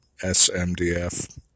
SMDF